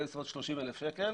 אנחנו חייבים להשקיע פה את הכסף.